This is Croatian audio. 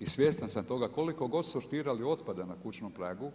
I svjestan sam toga koliko god sortirali otpada na kućnom pragu,